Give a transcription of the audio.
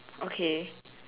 okay